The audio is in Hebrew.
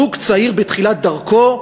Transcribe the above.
זוג צעיר בתחילת דרכו.